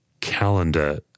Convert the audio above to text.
calendar